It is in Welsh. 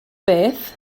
beth